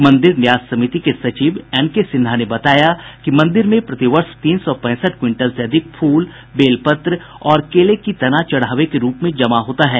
मंदिर न्यास समिति के सचिव एनके सिन्हा ने बताया कि मंदिर में प्रतिवर्ष तीन सौ पैंसठ क्विंटल से अधिक फूल बेलपत्र और केले की तना चढ़ावे के रूप में जमा होता है